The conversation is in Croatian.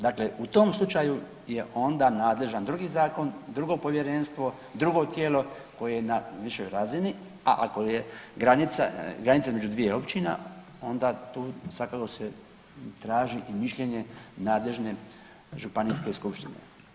Dakle, u tom slučaju je onda nadležan drugi zakon, drugo povjerenstvo, drugo tijelo koje je na višoj razini, a ako je granica između dviju općina, onda tu svakako se traži i mišljenje nadležne županijske skupštine.